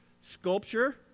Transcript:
sculpture